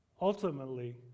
ultimately